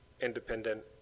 independent